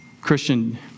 Christian